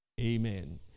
Amen